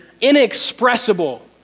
inexpressible